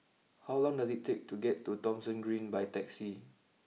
how long does it take to get to Thomson Green by taxi